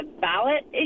ballot